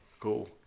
Cool